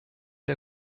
der